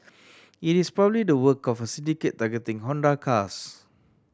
it is probably the work of a syndicate targeting Honda cars